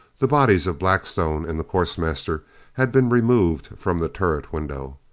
the bodies of blackstone and the course master had been removed from the turret window.